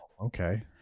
okay